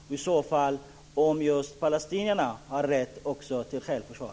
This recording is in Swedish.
Har i så fall också palestinierna rätt till självförsvar?